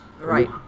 Right